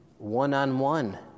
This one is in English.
one-on-one